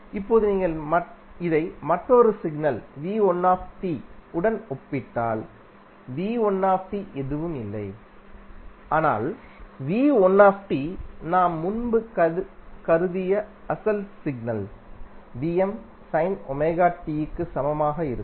இப்போது நீங்கள் இதை மற்றொரு சிக்னல் உடன் ஒப்பிட்டால் எதுவும் இல்லை ஆனால் நாம் முன்பு கருதிய அசல் சிக்னல் க்கு சமமாக இருக்கும்